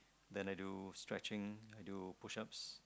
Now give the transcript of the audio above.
then I do stretching I do push ups